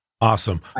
Awesome